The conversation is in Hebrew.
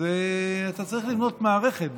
אז אתה צריך לבנות מערכת.